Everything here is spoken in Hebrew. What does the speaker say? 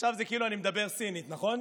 עכשיו זה כאילו אני מדבר סינית, נכון?